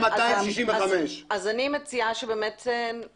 מעל 265. אם אתה רוצה,